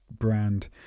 brand